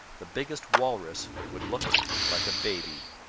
the biggest walrus would look like a baby.